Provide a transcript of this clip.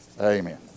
Amen